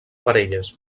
parelles